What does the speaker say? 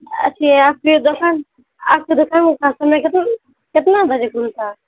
اچھا یا پھر دکان آپ کے دکان کتنا بجے کھلتا